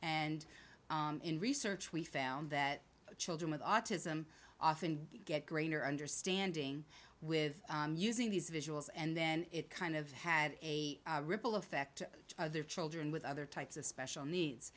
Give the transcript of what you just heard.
and in research we found that children with autism often get greater understanding with using these visuals and then it kind of had a ripple effect of their children with other types of special needs